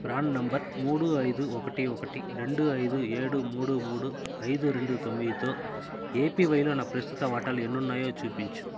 PRAN నంబరు మూడు ఐదు ఒకటి ఒకటి రెండు ఐదు ఏడు మూడు మూడు ఐదు రెండు తొమ్మిదితో ఏపీవైలో నా ప్రస్తుత వాటాలు ఎన్నున్నాయో చూపించు